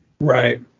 Right